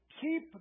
keep